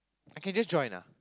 I can just join ah